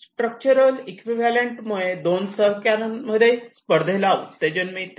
structural equivalent मुळे 2 सहकार्यांमध्ये स्पर्धेला उत्तेजन मिळते